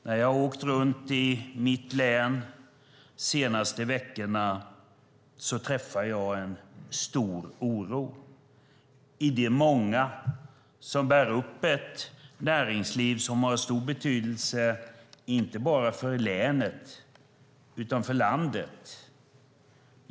När jag åkt runt i mitt hemlän de senaste veckorna har jag träffat en stor oro hos de många som bär upp ett näringsliv som har stor betydelse inte bara för länet utan för landet.